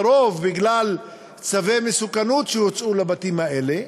לרוב בגלל צווי מסוכנות שהוצאו לבתים האלה,